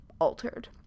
altered